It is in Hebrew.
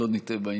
נשיאת בית המשפט